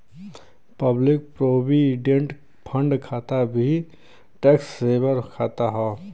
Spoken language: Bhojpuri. पब्लिक प्रोविडेंट फण्ड खाता भी टैक्स सेवर खाता हौ